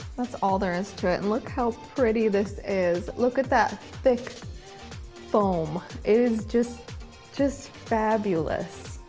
that's all there is to it. and look how pretty this is. look at that thick foam. it is just just fabulous.